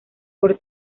por